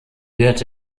wird